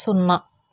సున్నా